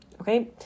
okay